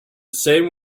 same